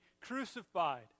crucified